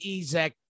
Ezek